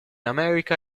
america